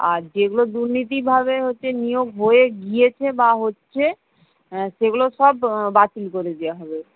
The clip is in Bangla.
আর যেগুলো দুর্নীতিভাবে হচ্ছে নিয়োগ হয়ে গিয়েছে বা হচ্ছে সেগুলো সব বাতিল করে দেওয়া হবে